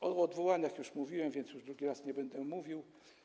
O odwołaniach już mówiłem, więc już drugi raz nie będę mówił.